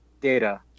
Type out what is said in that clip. data